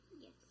Yes